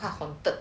不怕 haunted